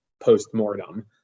post-mortem